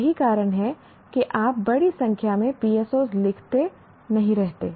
यही कारण है कि आप बड़ी संख्या में PSOs लिखते नहीं रहते